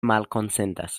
malkonsentas